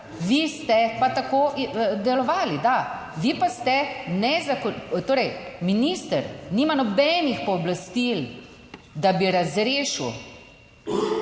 Vi ste pa tako delovali, da vi pa ste nezakonito, torej minister nima nobenih pooblastil, da bi razrešil